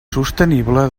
sostenible